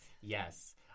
Yes